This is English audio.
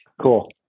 cool